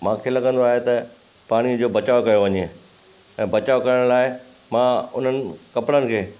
मूंखे लॻंदो आहे त पाणीअ जो बचाउ कयो वञे ऐं बचाउ करण लाइ मां उन्हनि कपिड़नि खे